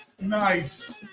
nice